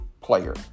player